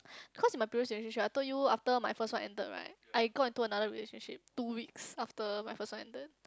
cause in my previous relationship I told you after my first one ended right I got into another relationship two weeks after my first one ended